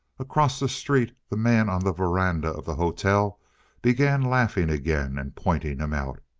across the street the man on the veranda of the hotel began laughing again and pointing him out.